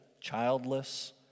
childless